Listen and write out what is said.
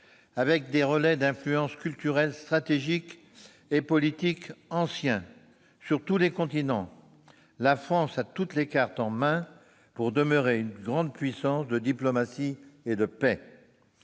avec des relais d'influence culturels, stratégiques et politiques anciens sur tous les continents, la France a toutes les cartes en main pour demeurer une grande puissance de diplomatie et de paix.